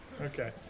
Okay